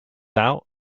out